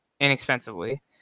inexpensively